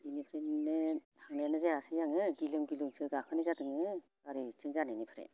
इनिफ्रायनो थांनायानो जायासै आङो गिलुं गिलुंसो गाखोनाय जादों आङो गारि एक्सिडेन्ट जानायनिफ्राय